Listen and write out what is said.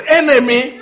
enemy